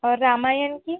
और रामायण की